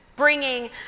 bringing